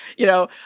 you know,